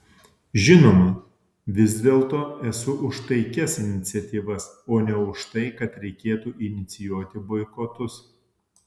žinoma vis dėlto esu už taikias iniciatyvas o ne už tai kad reikėtų inicijuoti boikotus